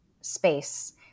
space